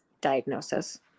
diagnosis